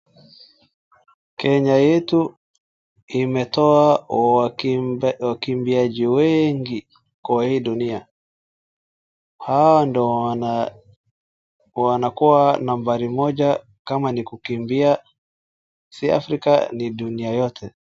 Kenya yetu imetoa wakimbiaji wengi kwa hii dunia. Hawa ndo wanakuwa nambari moja kama ni kukimbia si Africa ni dunia yote.